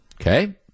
Okay